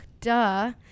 duh